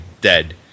dead